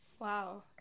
wow